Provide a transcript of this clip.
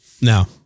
No